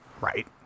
right